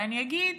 ואני אגיד,